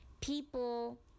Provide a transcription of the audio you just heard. people